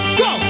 go